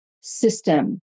system